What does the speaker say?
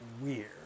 weird